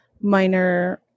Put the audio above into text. minor